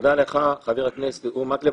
תודה לך, חבר הכנסת אורי מקלב.